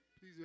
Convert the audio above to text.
please